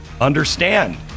Understand